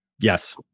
Yes